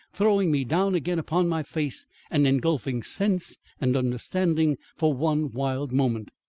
throwing me down again upon my face and engulfing sense and understanding for one wild moment.